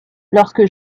lorsque